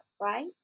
right